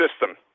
system